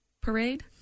Parade